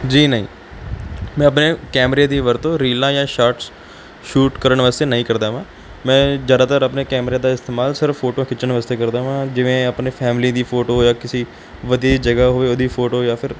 ਜੀ ਨਹੀਂ ਮੈਂ ਆਪਣੇ ਕੈਮਰੇ ਦੀ ਵਰਤੋਂ ਰੀਲਾਂ ਜਾਂ ਸ਼ਾਰਟਸ ਸ਼ੂਟ ਕਰਨ ਵਾਸਤੇ ਨਹੀਂ ਕਰਦਾ ਹਾਂ ਮੈਂ ਜ਼ਿਆਦਾਤਰ ਆਪਣੇ ਕੈਮਰੇ ਦਾ ਇਸਤੇਮਾਲ ਸਿਰਫ ਫੋਟੋਆਂ ਖਿੱਚਣ ਵਾਸਤੇ ਕਰਦਾ ਹਾਂ ਜਿਵੇਂ ਆਪਣੇ ਫੈਮਿਲੀ ਦੀ ਫੋਟੋ ਜਾਂ ਕਿਸੇ ਵਧੀਆ ਜਿਹੀ ਜਗ੍ਹਾ ਹੋਵੇ ਉਹਦੀ ਫੋਟੋ ਜਾਂ ਫਿਰ